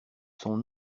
sont